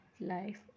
life